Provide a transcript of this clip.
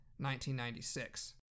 1996